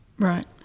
Right